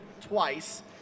twice